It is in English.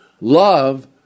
love